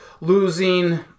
losing